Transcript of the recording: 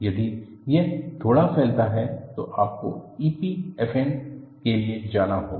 यदि यह थोड़ा फैलता है तो आपको EPFM के लिए जाना होगा